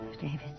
David